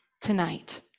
tonight